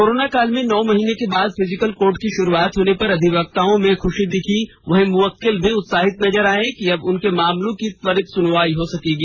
corona काल में नौ महीने के बाद फिजिकल कोर्ट की शुरुआत होने पर अधिवक्ताओं में खुषी दिखी वहीं मुवक्किलों भी उत्साहित नजर आये कि अब उनके मामले की त्वरित सुनवाई हो सकेगी